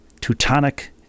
Teutonic